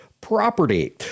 property